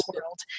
world